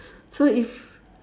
so if